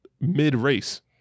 Mid-race